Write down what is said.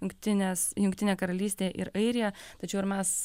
jungtinės jungtinė karalystė ir airija tačiau ir mes